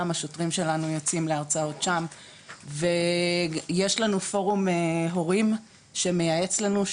גם השוטרים שלנו יוצאים להרצאות שם ויש לנו פורום הורים שמייעץ לנו,